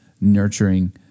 nurturing